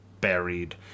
buried